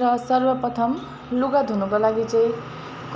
र सर्वप्रथम लुगा धुनको लागि चाहिँ